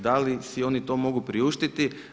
Da li si oni to mogu priuštiti?